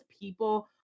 people